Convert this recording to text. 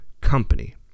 company